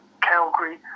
Calgary